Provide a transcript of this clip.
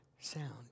sound